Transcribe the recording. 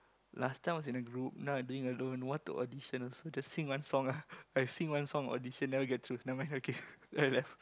last time was in a group now I'm doing alone want to audition also to sing one ah I sing one song audition never get through nevermind okay then I left